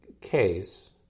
case